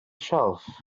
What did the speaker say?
shelf